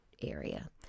area